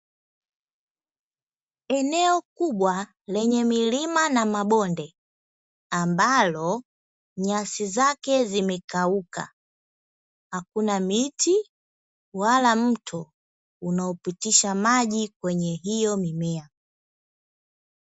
Eneo kubwa lenye milima na mabonde, ambalo nyasi zake zimekauka; hakuna miti wala mto unaopitisha maji kwenye hiyo mimea.